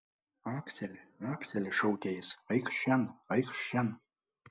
akseli akseli šaukė jis eikš šen eikš šen